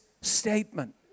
statement